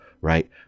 right